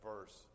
verse